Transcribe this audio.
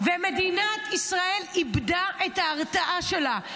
מדינת ישראל איבדה את ההרתעה שלה.